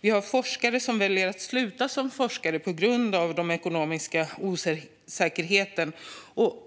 Det finns forskare som väljer att sluta som forskare på grund av den ekonomiska osäkerheten.